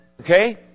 Okay